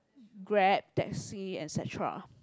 Grab taxi et cetera